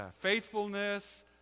faithfulness